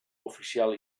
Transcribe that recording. oficial